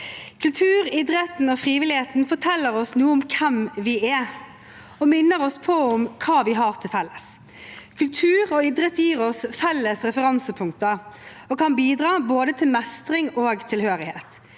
Kulturen, idretten og frivilligheten forteller oss noe om hvem vi er, og minner oss på hva vi har til felles. Kultur og idrett gir oss felles referansepunkter og kan bidra til både mestring og tilhørighet.